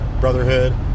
brotherhood